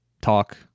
talk